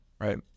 right